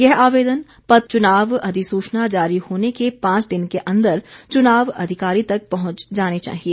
यह आवेदन पत्र चुनाव अधिसूचना जारी होने के पांच दिन के अंदर चुनाव अधिकारी तक पहुंच जाने चाहिए